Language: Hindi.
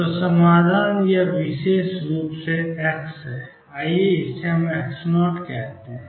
तो समाधान यह विशेष रूप से है X आइए हम इसे X0 कहते हैं